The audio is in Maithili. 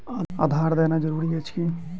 आधार देनाय जरूरी अछि की?